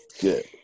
Good